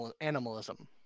animalism